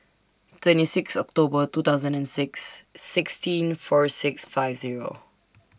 twenty six October two thousand and six sixteen four six five Zero